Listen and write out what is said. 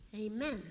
amen